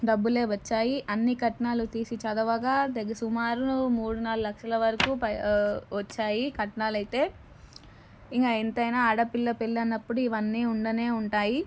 డబ్బులే వచ్చాయి అన్ని కట్నాలు తీసి చదవగా సుమారు మూడు నాలుగు లక్షల వరకు వచ్చాయి కట్నాలు అయితే ఇక ఇంతేనా ఆడపిల్ల పెళ్ళి అన్నపుడు ఇవన్నీ ఉండనే ఉంటాయి